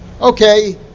Okay